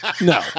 No